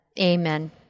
Amen